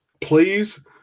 please